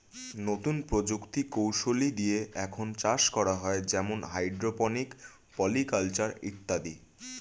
নতুন প্রযুক্তি কৌশলী দিয়ে এখন চাষ করা হয় যেমন হাইড্রোপনিক, পলি কালচার ইত্যাদি